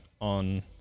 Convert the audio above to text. on